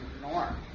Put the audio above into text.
norm